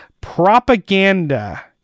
propaganda